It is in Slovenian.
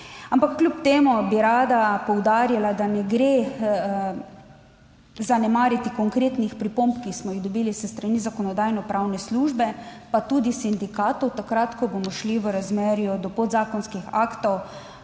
Ampak kljub temu bi rada poudarila, da ne gre zanemariti konkretnih pripomb, ki smo jih dobili s strani Zakonodajno-pravne službe, pa tudi sindikatov, takrat, ko bomo šli v razmerju do podzakonskih aktov